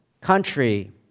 country